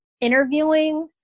interviewing